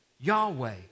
Yahweh